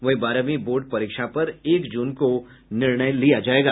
वहीं बारहवीं बोर्ड परीक्षा पर एक जून को निर्णय लिया जायेगा